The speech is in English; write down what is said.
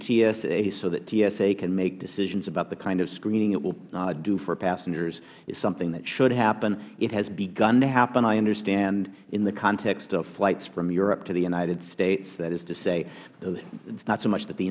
tsa so that tsa can make decisions about the kind of screening it will do for passengers is something that should happen it has begun to happen i understand in the context of flights from europe to the united states that is to say it is not so much that the